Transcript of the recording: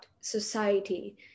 society